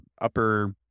upper